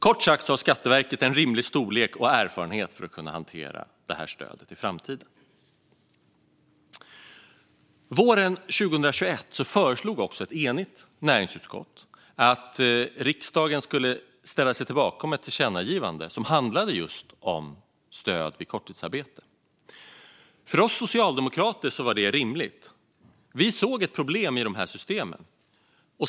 Kort sagt har Skatteverket en rimlig storlek och erfarenhet för att kunna hantera detta stöd i framtiden. Våren 2021 föreslog ett enigt näringsutskott att riksdagen skulle ställa sig bakom ett tillkännagivande som handlade just om stöd vid korttidsarbete. För oss socialdemokrater var detta rimligt; vi såg ett problem i de här systemen.